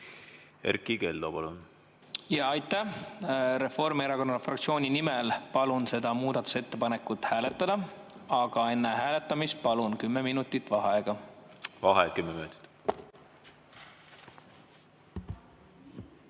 Erkki Keldo, palun! Aitäh! Reformierakonna fraktsiooni nimel palun seda muudatusettepanekut hääletada, aga enne hääletamist palun kümme minutit vaheaega. Vaheaeg kümme minutit.V